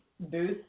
booth